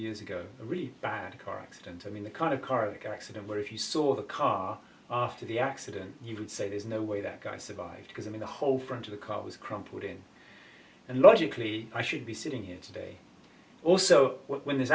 years ago a really bad car accident i mean the kind of karaka accident where if you saw the car after the accident you would say there's no way that guy survived because i mean the whole front of the car was crumpled in and logically i should be sitting here today also when this